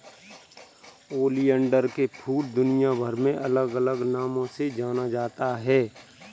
oleander के फूल दुनियाभर में अलग अलग नामों से जाना जाता है